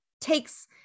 takes